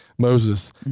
Moses